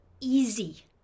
easy